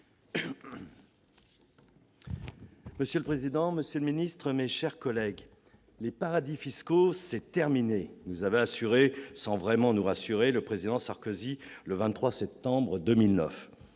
Monsieur le président, monsieur le secrétaire d'État, mes chers collègues, « les paradis fiscaux [...], c'est terminé », nous avait assuré, sans vraiment nous rassurer, le président Sarkozy le 23 septembre 2009.